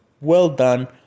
well-done